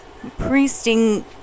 priesting